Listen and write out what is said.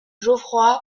geoffroy